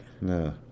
No